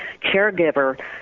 caregiver